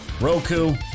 Roku